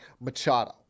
Machado